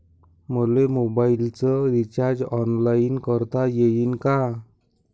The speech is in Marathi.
मले मोबाईलच रिचार्ज ऑनलाईन करता येईन का?